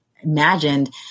imagined